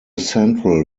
central